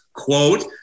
Quote